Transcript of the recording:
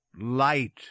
light